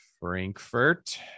Frankfurt